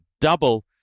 double